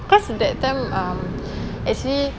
cause that time um actually